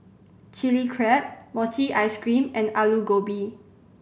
Chilli Crab mochi ice cream and Aloo Gobi